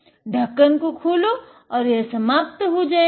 ढक्कन को खोलो और यह समाप्त हो गया